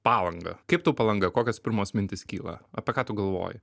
palangą kaip tau palanga kokios pirmos mintys kyla apie ką tu galvoji